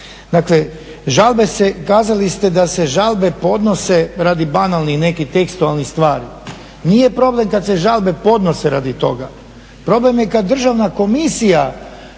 Dakle, žalbe se, kazali ste da se žalbe podnose radi banalnih nekih tekstualnih stvari. Nije problem kada se žalbe podnose radi toga, problem je kada državna komisija